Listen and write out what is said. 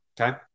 Okay